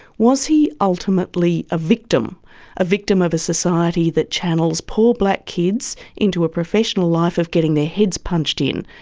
was he ultimately a victim a victim of a society that channels poor black kids into a professional life of getting their heads punched in,